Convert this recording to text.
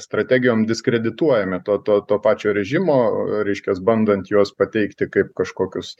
strategijom diskredituojami to to to pačio režimo reiškias bandant juos pateikti kaip kažkokius